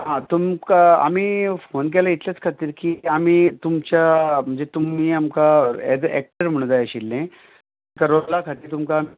आं तुमकां आमी फोन केलो इतलेच खातीर की आमी तुमच्या म्हणजे तुमी आमकां एज अ एक्टर म्हणून जाय आशिल्ले तुमच्या रोला खातीर तुमकां